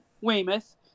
Weymouth